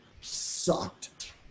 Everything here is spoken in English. sucked